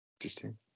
Interesting